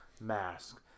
mask